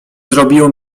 zrobiło